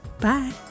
Bye